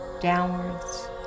downwards